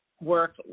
work